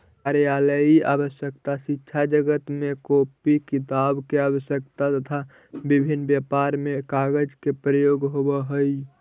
कार्यालयीय आवश्यकता, शिक्षाजगत में कॉपी किताब के आवश्यकता, तथा विभिन्न व्यापार में कागज के प्रयोग होवऽ हई